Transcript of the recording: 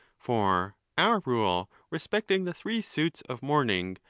for our rule respecting the three suits of mourning,